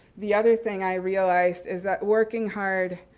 the other thing i realized is that working hard